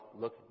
look